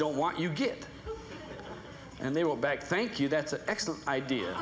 don't want you get and they will back thank you that's an excellent idea